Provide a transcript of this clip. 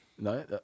No